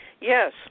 Yes